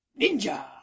Ninja